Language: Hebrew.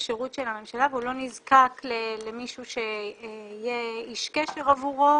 בשירות של הממשלה והוא לא נזקק למישהו שיהיה איש קשר עבורו